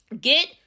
get